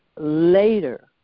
later